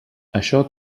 això